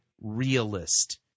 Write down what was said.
realist